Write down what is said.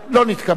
לא נתקבלה.